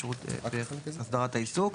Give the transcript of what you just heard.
בהסדרת העיסוק.